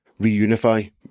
reunify